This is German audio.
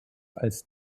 als